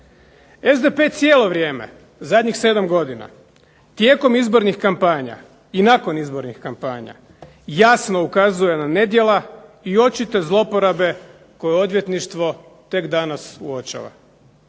SDP cijelo vrijeme zadnjih 7 godina tijekom izbornih kampanja i nakon izbornih kampanja jasno ukazuje na nedjela i očite zlouporabe koju odvjetništvo tek danas uočava.